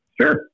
Sure